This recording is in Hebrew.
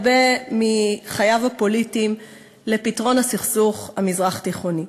הרבה מחייו הפוליטיים לפתרון הסכסוך המזרח-תיכוני.